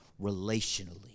relationally